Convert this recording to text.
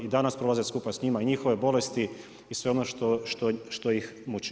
I danas prolaze skupa s njima, i njihove bolesti i sve ono što ih muči.